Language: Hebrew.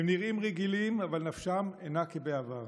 הם נראים רגילים, אבל נפשם אינה כבעבר.